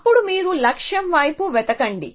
అప్పుడు మీరు లక్ష్యం వైపు వెతకండి